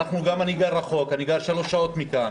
אני גר רחוק, שלוש שעות מכאן